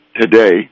today